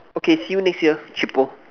okay see you next year cheapo